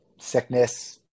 sickness